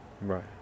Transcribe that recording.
Right